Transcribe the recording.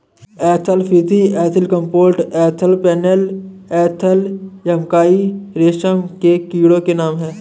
Antheraea frithi Antheraea compta Antheraea pernyi Antheraea yamamai रेशम के कीटो के नाम हैं